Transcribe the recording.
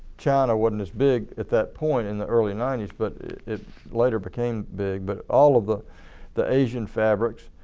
china wasn't as big at that point in the early ninety s but it later became big, but all of the the asian fabrics